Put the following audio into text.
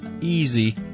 easy